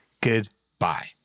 Goodbye